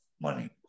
money